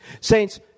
Saints